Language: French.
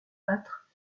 battre